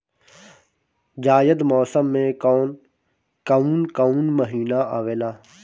जायद मौसम में कौन कउन कउन महीना आवेला?